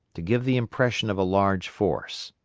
to give the impression of a large force.